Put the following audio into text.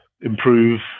improve